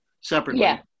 separately